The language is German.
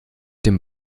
dem